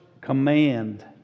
command